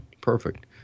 perfect